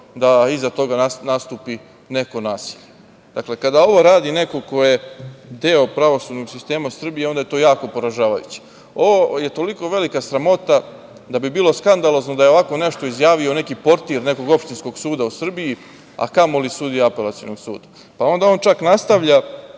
da iza toga nastupi neko nasilje. Dakle, kada ovo radi neko ko je deo pravosudnog sistema Srbije, onda je to jako poražavajuće. Ovo je toliko velika sramota, da bi bilo skandalozno da je ovako nešto izjavio neki portir, nekog opštinskog suda u Srbiji, a kamoli sudija Apelacionog suda. Pa, onda on čak nastavlja,